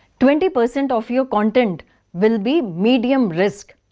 twenty percent of your content will be medium risk.